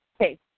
Okay